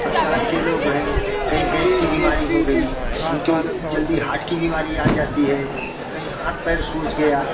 शहर के लोग है कहीं गैस की बीमारी हो गई उनको जल्दी हार्ट की बीमारी आ जाती है कहीं हाथ पैर सूज गया